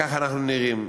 ככה אנחנו נראים.